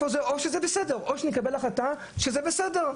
או שנקבל החלטה שזה בסדר.